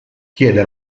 chiede